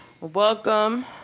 Welcome